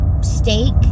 steak